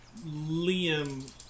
Liam